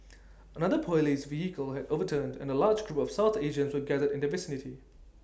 another Police vehicle had overturned and A large group of south Asians were gathered in the vicinity